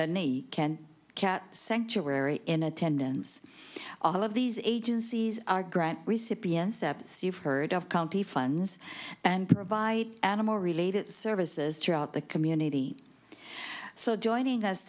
ken cat sanctuary in attendance all of these agencies are grant recipients steps you've heard of county funds and provide animal related services throughout the community so joining us